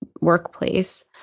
workplace